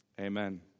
amen